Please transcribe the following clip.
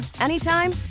anytime